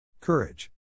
Courage